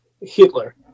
Hitler